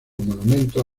monumentos